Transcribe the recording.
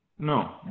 No